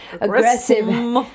aggressive